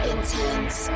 Intense